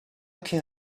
can